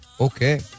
Okay